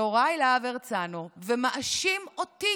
יוראי להב הרצנו, ומאשים אותי